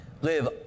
live